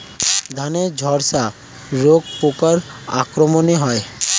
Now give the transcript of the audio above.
ধানের ঝলসা রোগ পোকার আক্রমণে হয়?